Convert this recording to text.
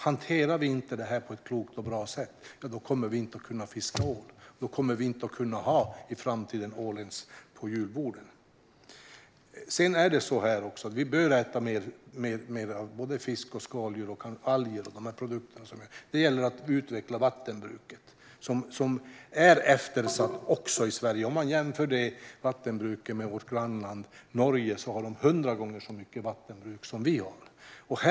Hanterar vi inte det på ett klokt och bra sätt kommer vi inte att kunna fiska ål, och då kommer vi inte att kunna ha ål på julbordet i framtiden. Vi bör äta mer fisk, skaldjur och alger. Det gäller att utveckla vattenbruket, som är eftersatt i Sverige om vi jämför med vårt grannland Norge. Där har de hundra gånger så mycket vattenbruk som vi.